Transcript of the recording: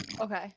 Okay